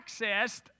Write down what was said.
accessed